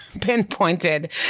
pinpointed